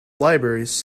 libraries